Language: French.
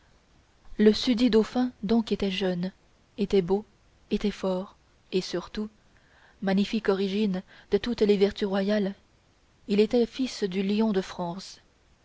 le susdit dauphin donc était jeune était beau était fort et surtout magnifique origine de toutes les vertus royales il était fils du lion de france